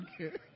Okay